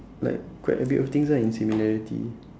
like quite a bit of things ah in similarity